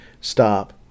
stop